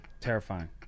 terrifying